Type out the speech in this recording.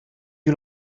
you